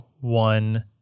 one